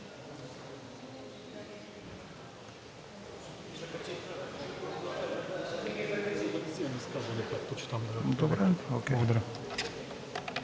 Добрев